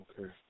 Okay